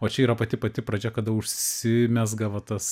o čia yra pati pati pradžia kada užsimezga va tas